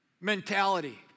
mentality